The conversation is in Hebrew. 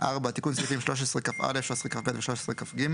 תיקון סעיפים 13כא, 13כב ו-13כג